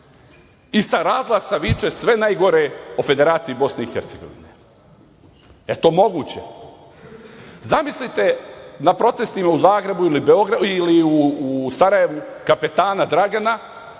i sa razglasa viče sve najgore o Federaciji Bosne i Hercegovine. Jel to moguće? Zamislite na protestima u Zagrebu ili u Sarajevu kapetana Dragana